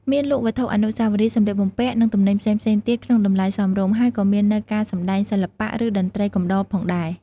មានលក់វត្ថុអនុស្សាវរីយ៍ សម្លៀកបំពាក់ និងទំនិញផ្សេងៗទៀតក្នុងតម្លៃសមរម្យ ហើយក៏មាននូវការសម្ដែងសិល្បៈ ឬតន្ត្រីកំដរផងដែរ ។